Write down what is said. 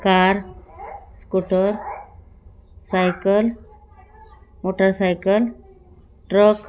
car scooter cycle motorcycle truck